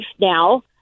now